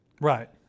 Right